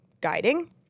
guiding